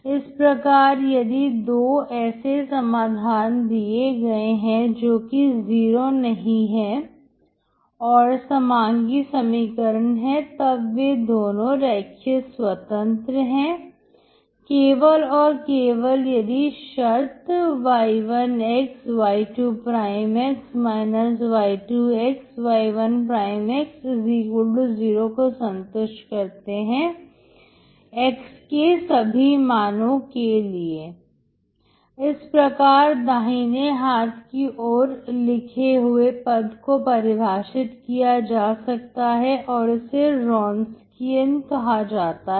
इस प्रकार यदि दो ऐसे समाधान दिए गए हैं जो कि वीरो नहीं है और समांगी समीकरण है तब वे दोनों रेखीय स्वतंत्र हैं केवल और केवल यदि शर्त y1xy2x y2xy1x0 को संतुष्ट करते हैं x के सभी मानो के लिए ∀x इस प्रकार दाहिने हाथ की ओर लिखे हुए पद को परिभाषित किया जा सकता है और इसे Wronskian कहा जाता है